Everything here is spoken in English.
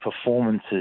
performances